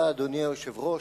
אדוני היושב-ראש,